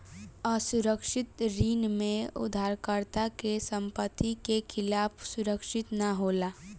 असुरक्षित ऋण में उधारकर्ता के संपत्ति के खिलाफ सुरक्षित ना होला